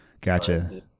Gotcha